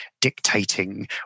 dictating